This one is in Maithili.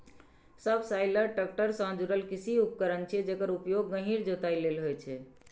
सबसॉइलर टैक्टर सं जुड़ल कृषि उपकरण छियै, जेकर उपयोग गहींर जोताइ लेल होइ छै